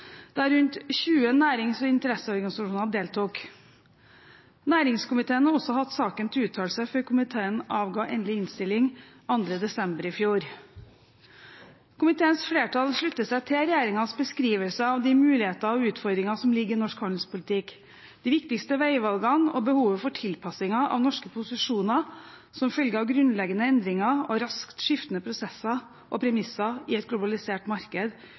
der rundt 20 nærings- og interesseorganisasjoner deltok. Næringskomiteen har også hatt saken til uttalelse før komiteen avga endelig innstilling 2. desember i fjor. Komiteens flertall slutter seg til regjeringens beskrivelse av de muligheter og utfordringer som ligger i norsk handelspolitikk, de viktigste veivalgene og behovet for tilpasninger av norske posisjoner som følge av grunnleggende endringer og raskt skiftende premisser i et globalisert marked,